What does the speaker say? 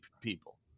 people